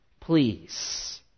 Please